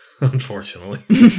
Unfortunately